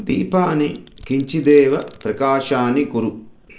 दीपानि किञ्चिदेव प्रकाशानि कुरु